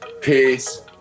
Peace